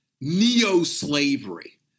neo-slavery